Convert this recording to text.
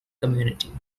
community